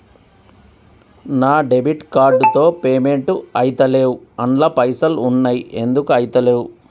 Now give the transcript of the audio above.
నా debit card తో payment ఐతలేవ్ అండ్ల పైసల్ ఉన్నయి ఎందుకు ఐతలేవ్?